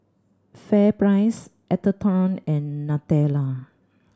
FairPrice Atherton and Nutella